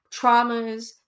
traumas